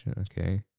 okay